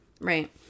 right